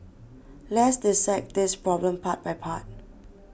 let's dissect this problem part by part